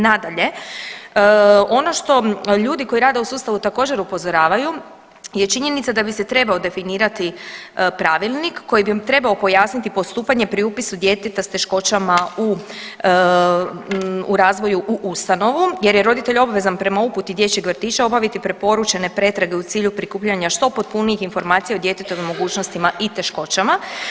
Nadalje, ono što ljudi koji rade u sustavu također, upozoravaju je činjenica da bi se trebao definirati pravilnik koji bi trebao pojasniti postupanje pri upisu djeteta s teškoćama u razvoju u ustanovu jer je roditelj obvezan prema uputi dječjeg vrtića obaviti preporučene pretrage u cilju prikupljanja što potpunijih informacija o djetetovim mogućnostima i teškoćama.